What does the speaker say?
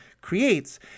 creates